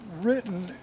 written